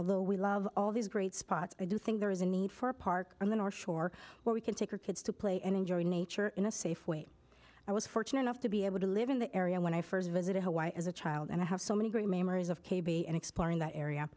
although we love all these great spots i do think there is a need for a park on the north shore where we can take our kids to play and enjoy nature in a safe way i was fortunate enough to be able to live in the area when i first visited hawaii as a child and i have so many great memories of k b and exploring that